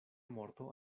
morto